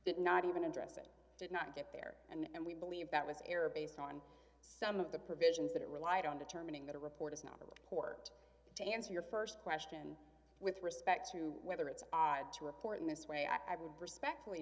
that not even address it did not get there and we believe that was error based on some of the provisions that relied on determining that a report is not a report to answer your st question with respect to whether it's odd to report in this way i would respectfully